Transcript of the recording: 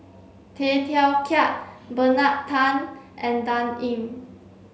Tay Teow Kiat Bernard Tan and Dan Ying